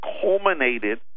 culminated